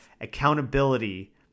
Accountability